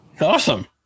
Awesome